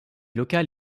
locale